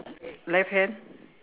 left hand